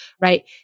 right